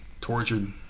tortured